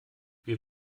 wir